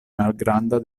malgranda